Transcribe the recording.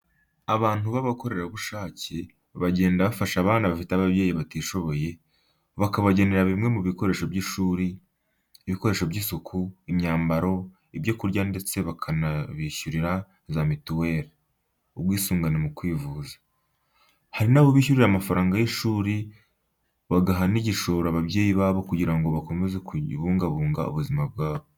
Abantu babakorerabushake bagenda bafasha abana bafite ababyeyi batishoboye, bakabagenera bimwe mu bikoresho by'ishuri, ibikoresho by'isuku, imyambaro, ibyo kurya ndetse bakanabishyurira za mituweli, ubwisungane mu kwivuza. Hari n'abo bishyurira amafaranga y'ishuri bagaha n'igishoro ababyeyi babo kugira ngo bakomeze kubungabunga ubuzima bwabo.